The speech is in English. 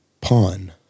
Pawn